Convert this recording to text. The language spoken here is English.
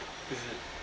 is it